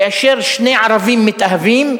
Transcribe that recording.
קונספירציה, כאשר שני ערבים מתאהבים,